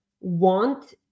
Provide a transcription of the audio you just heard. want